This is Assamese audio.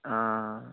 অঁ